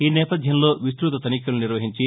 ఈ నేపథ్యంలో విస్తృత తనిఖీలు నిర్వహించి